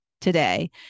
today